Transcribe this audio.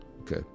Okay